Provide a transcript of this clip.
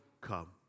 come